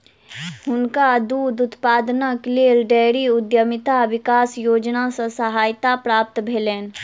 हुनका दूध उत्पादनक लेल डेयरी उद्यमिता विकास योजना सॅ सहायता प्राप्त भेलैन